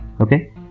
okay